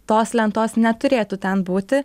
tos lentos neturėtų ten būti